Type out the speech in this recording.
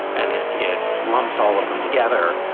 and it it lumps all of them together,